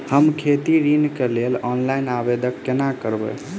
हम खेती ऋण केँ लेल ऑनलाइन आवेदन कोना करबै?